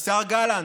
השר גלנט,